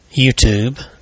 YouTube